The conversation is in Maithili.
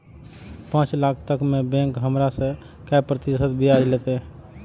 पाँच लाख तक में बैंक हमरा से काय प्रतिशत ब्याज लेते?